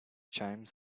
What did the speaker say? chimes